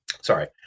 Sorry